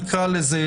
נקרא לזה,